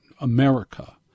America